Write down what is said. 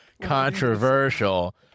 controversial